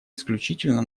исключительно